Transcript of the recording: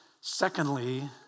Secondly